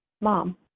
mom